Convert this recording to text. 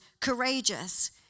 courageous